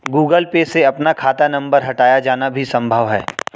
Google Pay से अपना खाता नंबर हटाया जाना भी संभव है